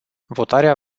votarea